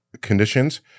conditions-